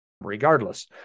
regardless